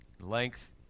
length